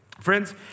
Friends